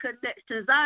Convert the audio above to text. connections